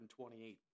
128